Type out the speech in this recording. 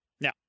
Now